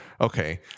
okay